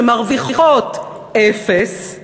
שמרוויחות אפס,